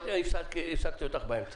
אבל הפסקתי אותך באמצע.